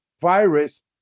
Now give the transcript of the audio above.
virus